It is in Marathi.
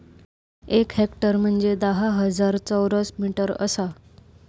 एक हेक्टर म्हंजे धा हजार चौरस मीटर आसा